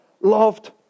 loved